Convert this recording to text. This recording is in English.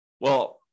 well-